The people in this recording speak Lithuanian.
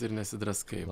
ir nesidraskai